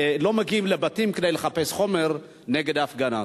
לא מגיעים לבתים כדי לחפש חומר נגד ההפגנה.